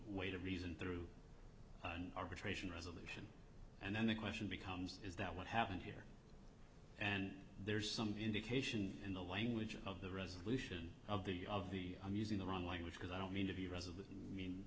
way to reason through arbitration resolution and then the question becomes is that what happened here and there's some indication in the language of the resolution of the of the i'm using the wrong language because i don't mean to the rest of the m